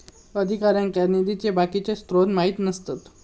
अधिकाऱ्यांका निधीचे बाकीचे स्त्रोत माहित नसतत